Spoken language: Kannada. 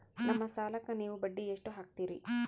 ನಮ್ಮ ಸಾಲಕ್ಕ ನೀವು ಬಡ್ಡಿ ಎಷ್ಟು ಹಾಕ್ತಿರಿ?